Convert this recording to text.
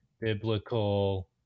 biblical